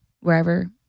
wherever